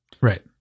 Right